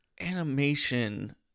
animation